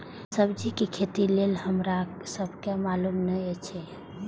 सब्जी के खेती लेल हमरा सब के मालुम न एछ?